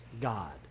God